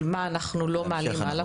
של מה אנחנו לא מעלים הלאה,